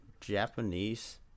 Japanese